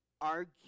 argue